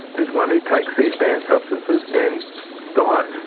there's one who takes these banned substances, and dies.